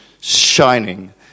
shining